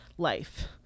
life